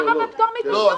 למה בפטור מתשלום אבל?